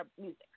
music